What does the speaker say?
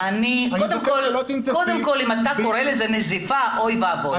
אם אתה קורא לזה נזיפה, אוי ואבוי.